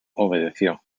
obedeció